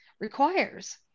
requires